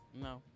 No